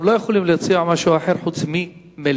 לא יכולים להציע משהו אחר חוץ ממליאה.